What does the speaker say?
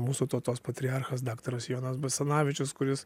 mūsų tautos patriarchas daktaras jonas basanavičius kuris